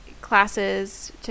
classes